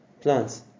plants